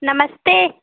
नमस्ते